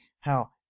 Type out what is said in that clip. how